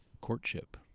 courtship